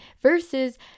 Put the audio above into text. versus